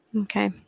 okay